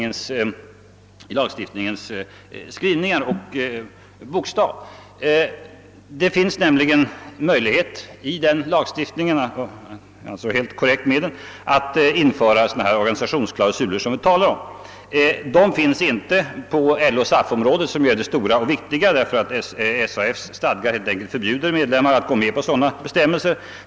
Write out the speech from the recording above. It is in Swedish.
Denna lagstiftning ger nämligen möjligheter att införa sådana här organisationsklausuler som det talas om i reservationen. De förekommer inte på LO-—SAF-området eftersom SÅF:s stadgar förbjuder medlemmarna att gå med på sådana bestämmelser.